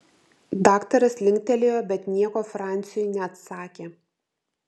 daktaras linktelėjo bet nieko franciui neatsakė